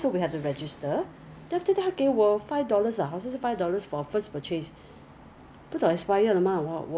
international shipping is two dollar ninety nine cent unlimited flat shipping regardless of weight size and quantity